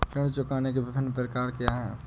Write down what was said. ऋण चुकाने के विभिन्न प्रकार क्या हैं?